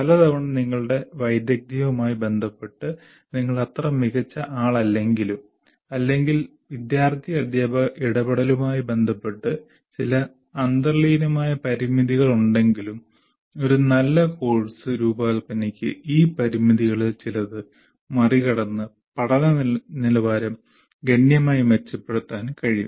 പലതവണ നിങ്ങളുടെ വൈദഗ്ധ്യവുമായി ബന്ധപ്പെട്ട് നിങ്ങൾ അത്ര മികച്ച ആൾ അല്ലെങ്കിലും അല്ലെങ്കിൽ വിദ്യാർത്ഥി അധ്യാപക ഇടപെടലുമായി ബന്ധപ്പെട്ട് ചില അന്തർലീനമായ പരിമിതികളുണ്ടെങ്കിലും ഒരു നല്ല കോഴ്സ് രൂപകൽപ്പനയ്ക്ക് ഈ പരിമിതികളിൽ ചിലത് മറികടന്ന് പഠന നിലവാരം ഗണ്യമായി മെച്ചപ്പെടുത്താൻ കഴിയും